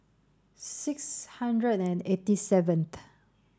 six hundred and eighty seventh